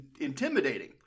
intimidating